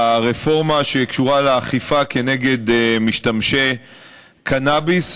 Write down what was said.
הרפורמה שקשורה לאכיפה כנגד משתמשי קנאביס,